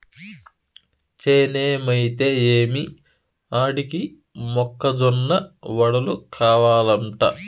చేనేమైతే ఏమి ఆడికి మొక్క జొన్న వడలు కావలంట